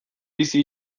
bizi